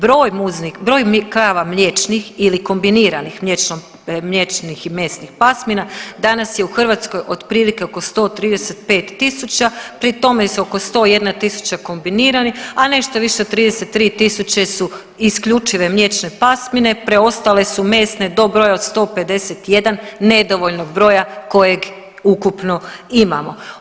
Broj krava mliječnih ili kombiniranih mliječnih i mesnih pasmina danas je u Hrvatskoj otprilike oko 135.000 pri tome su oko 101.000 kombinirani, a nešto više od 33.000 su isključive mliječne pasmine, preostale su mesne do broja 151 nedovoljnog broja kojeg ukupno imamo.